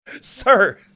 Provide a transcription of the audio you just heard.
Sir